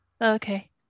okay